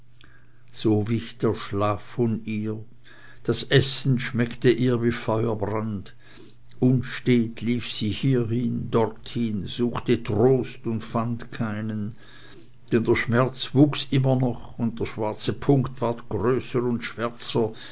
so wich der schlaf von ihr das essen schmeckte ihr wie feuerbrand unstet lief sie hiehin dorthin suchte trost und fand keinen denn der schmerz wuchs immer noch und der schwarze punkt ward größer und schwärzer